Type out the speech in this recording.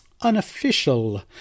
unofficial